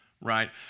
right